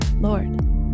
Lord